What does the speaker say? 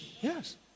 Yes